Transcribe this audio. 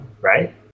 right